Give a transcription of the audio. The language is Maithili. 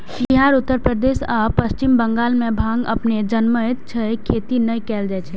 बिहार, उत्तर प्रदेश आ पश्चिम बंगाल मे भांग अपने जनमैत छै, खेती नै कैल जाए छै